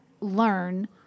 learn